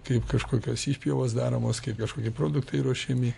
kaip kažkokios įpjovos daromos kaip kažkokie produktai ruošiami